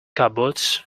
cupboards